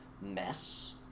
mess